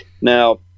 Now